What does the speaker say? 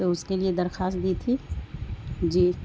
تو اس کے لیے درخواست دی تھی جی